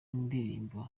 ndirimbo